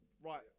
Right